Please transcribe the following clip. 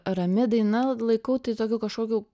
rami daina laikau tai tokiu kažkokiu